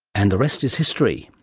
and the rest is history.